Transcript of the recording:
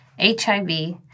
HIV